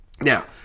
Now